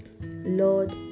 Lord